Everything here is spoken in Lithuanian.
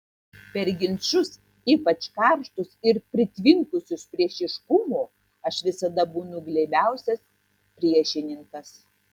per ginčus ypač karštus ir pritvinkusius priešiškumo aš visada būnu glebiausias priešininkas